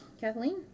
Kathleen